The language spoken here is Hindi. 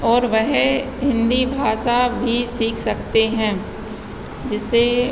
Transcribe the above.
और वह हिन्दी भाषा भी सीख सकते हैं जिससे